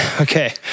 Okay